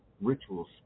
rituals